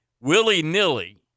willy-nilly